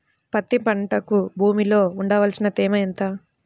పత్తి పంటకు భూమిలో ఉండవలసిన తేమ ఎంత?